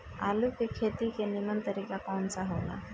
आलू के खेती के नीमन तरीका कवन सा हो ला?